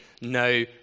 no